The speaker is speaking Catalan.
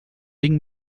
cinc